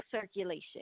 circulation